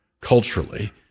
culturally